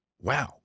wow